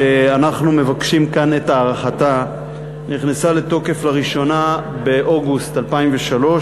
שאנחנו מבקשים כאן את הארכתה נכנסה לתוקף לראשונה באוגוסט 2003,